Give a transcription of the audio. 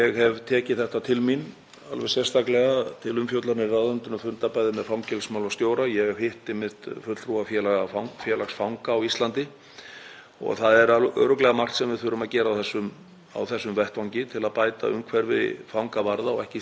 Það er örugglega margt sem við þurfum að gera á þessum vettvangi til að bæta umhverfi fangavarða og ekki síður fanganna sjálfra. Á síðustu árum hefur dómsmálaráðuneytið ásamt þeim ráðuneytum sem einnig hafa aðkomu að starfi með föngum verið með málefni þeirra og fangelsanna til skoðunar.